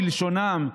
בלשונם,